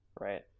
right